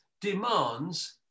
demands